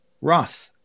Roth